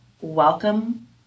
Welcome